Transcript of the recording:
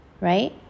right